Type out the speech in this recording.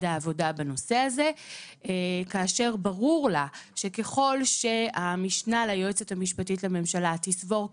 העבודה; כאשר ברור לה שככל שהמשנה ליועצת המשפטית לממשלה תסבור כמונו,